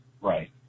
Right